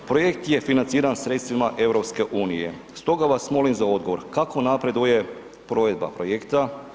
Projekt je financiran sredstvima EU-a stoga vas molim za odgovor kako napreduje provedba projekta?